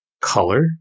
color